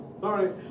Sorry